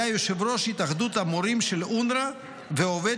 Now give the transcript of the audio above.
היה יושב-ראש התאחדות המורים של אונר"א ועובד